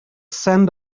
scent